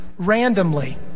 randomly